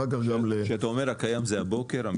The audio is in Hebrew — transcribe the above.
כשאתה אומר הקיים זה הבוקר?